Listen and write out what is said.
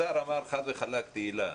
השר אמר חד וחלק, תהלה,